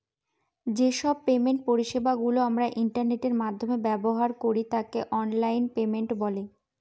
যে সব পেমেন্ট পরিষেবা গুলো আমরা ইন্টারনেটের মাধ্যমে ব্যবহার করি তাকে অনলাইন পেমেন্ট বলে